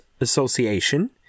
association